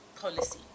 policy